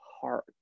heart